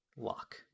lock